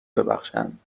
ببخشند